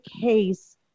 case